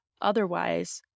otherwise